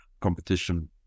competition